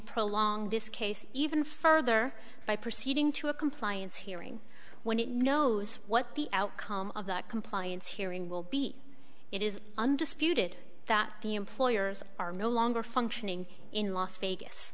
prolong this case even further by proceeding to a compliance hearing when it knows what the outcome of that compliance hearing will be it is undisputed that the employers are no longer functioning in las vegas